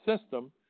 system